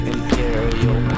Imperial